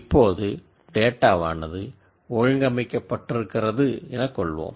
இப்போது டேட்டாவானது ஒழுங்கமைக்கப்பட்டிருக்கிறது எனக்கொள்வோம்